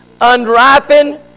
Unwrapping